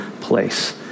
place